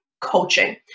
coaching